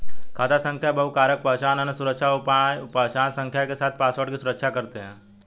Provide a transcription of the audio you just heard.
खाता संख्या बहुकारक पहचान, अन्य सुरक्षा उपाय पहचान संख्या के साथ पासवर्ड की सुरक्षा करते हैं